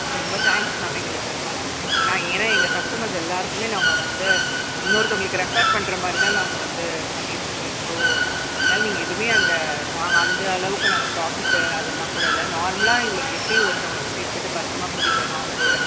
ஆ ரொம்ப thanks ma'am எங்களுக்கு பண்ணதுக்கு நான் ஏன்னா எங்கள் கஸ்டமர்ஸ் எல்லாருக்குமே நாங்கள் வந்து இன்னொருத்தவங்களுக்கு ரெஃபெர் பண்ணுற மாதிரிதான் நாங்கள் வந்து பண்ணியிருக்கோமே ஸோ அதனால் நீங்கள் எதுவுமே அதில் நாங்கள் அந்த அளவுக்கு நாங்கள் ப்ராஃபிட்டை அதெல்லாம் கூட இல்லை நார்மலாக எங்களுக்கு எப்படி ஒருத்தவங்களை கூட்டிட்டு போய்ட்டு பத்திரமா கூட்டிட்டு வரணும் அவங்களோட